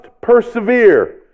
persevere